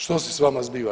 Što se sa vama zbiva?